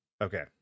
Okay